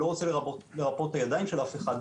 ואני לא רוצה לרפות את הידיים של אף אחד,